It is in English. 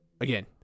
Again